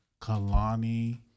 Kalani